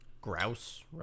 grouse